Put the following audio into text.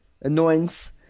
annoyance